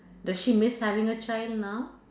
does she miss having a child now